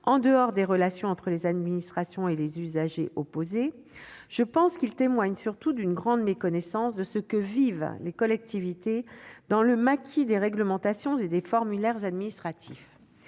en dehors des relations entre les administrations et les usagers opposés », je pense qu'il témoigne surtout d'une grande méconnaissance de ce que vivent les collectivités dans le maquis des réglementations et des formulaires administratifs.